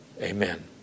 amen